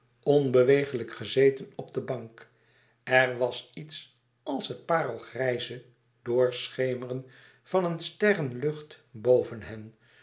onbewegelijk gezeten op de bank er was iets als het parelgrijze doorschemeren van een sterrenlucht boven hen